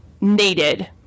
needed